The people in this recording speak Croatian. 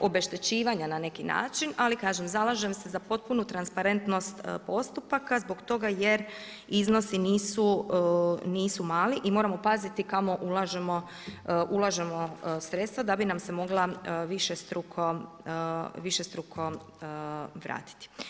obeštećivanja na neki način ali kažem, zalažem se za potpunu transparentnost postupaka zbog toga jer iznosi nisu mali i moramo paziti kamo ulažemo sredstva da bi nam se mogla višestruko vratiti.